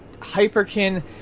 Hyperkin